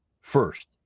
first